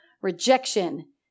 rejection